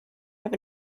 have